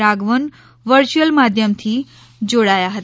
Raghavan virtual માધ્યમથી જોડાયા હતા